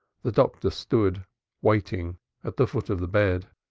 the doctor stood waiting at the foot of the bed.